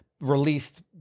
released